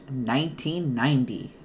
1990